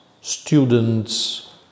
students